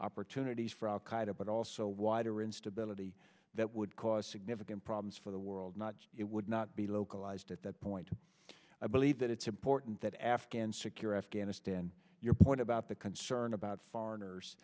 opportunities for al qaeda but also wider instability that would cause significant problems for the world not it would not be localized at that point i believe that it's important that afghans secure afghanistan your point about the concern about foreigners